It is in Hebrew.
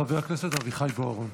חבר הכנסת אביחי בוארון,